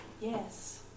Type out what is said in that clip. Yes